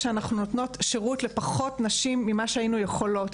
המשמעות היא שאנחנו נותנות שירות לפחות נשים ממה שהיינו יכולות,